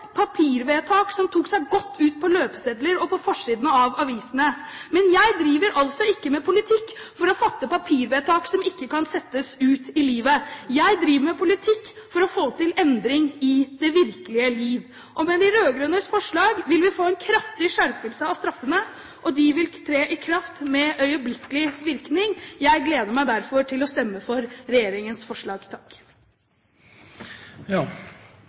papirvedtak som tok seg godt ut på løpesedler, og på forsiden av avisene. Men jeg driver altså ikke med politikk for å fatte papirvedtak som ikke kan settes ut i livet. Jeg driver med politikk for å få til endring i det virkelige liv. Med de rød-grønnes forslag vil vi få en kraftig skjerpelse av straffene, og de vil tre i kraft med øyeblikkelig virkning. Jeg gleder meg derfor til å stemme for regjeringens forslag.